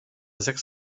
sechs